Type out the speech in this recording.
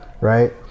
right